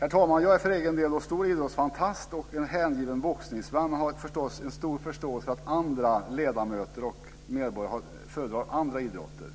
Herr talman! Jag är för egen del en stor idrottsfantast och en hängiven boxningsvän, och jag har förstås en stor förståelse för att andra ledamöter och medborgare föredrar andra idrotter.